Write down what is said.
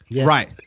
Right